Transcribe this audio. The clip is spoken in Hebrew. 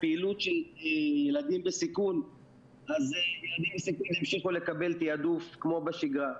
פעילות של ילדים בסיכון ימשיכו לקבל תעדוף כמו בשגרה.